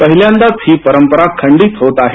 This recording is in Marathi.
पहिल्यांदाच ही परंपरा खंडीत होत आहे